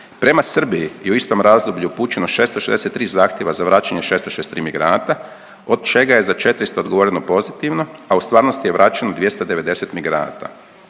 Prema Srbiji i u istom razdoblju je upućeno 663 zahtjeva za vraćanje 663 migranata od čega je za 400 odgovoreno pozitivno, a u stvarnosti je vraćeno 290 migranata.